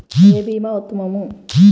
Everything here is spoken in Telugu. ఏ భీమా ఉత్తమము?